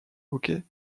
hockey